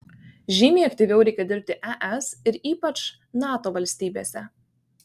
žymiai aktyviau reikia dirbti es ir ypač nato valstybėse